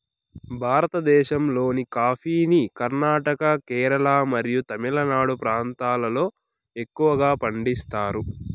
భారతదేశంలోని కాఫీని కర్ణాటక, కేరళ మరియు తమిళనాడు ప్రాంతాలలో ఎక్కువగా పండిస్తారు